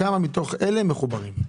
כמה מתוך אלה מחוברים?